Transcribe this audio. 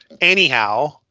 anyhow